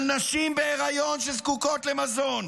של נשים בהיריון שזקוקות למזון,